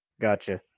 gotcha